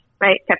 Right